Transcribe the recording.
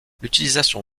l’utilisation